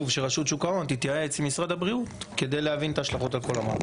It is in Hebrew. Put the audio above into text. שרשות שוק ההון תתייעץ עם משרד הבריאות כדי להבין את ההשלכות על כל המערכת.